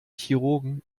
chirurgen